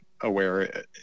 aware